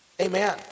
amen